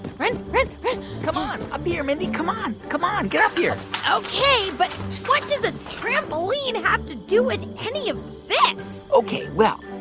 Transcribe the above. run, run, run come on. up here, mindy. come on. come on. get up here ok. but what does a trampoline have to do with any of this? ok. well,